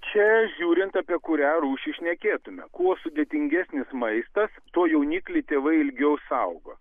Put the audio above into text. čia žiūrint apie kurią rūšį šnekėtume kuo sudėtingesnis maistas tuo jauniklį tėvai ilgiau saugo